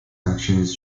actions